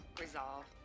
Resolve